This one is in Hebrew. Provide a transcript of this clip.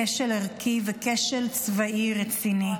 כשל ערכי וכשל צבאי רציני.